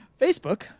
Facebook